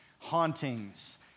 hauntings